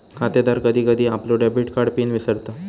खातेदार कधी कधी आपलो डेबिट कार्ड पिन विसरता